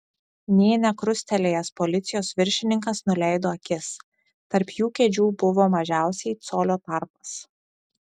nė nekrustelėjęs policijos viršininkas nuleido akis tarp jų kėdžių buvo mažiausiai colio tarpas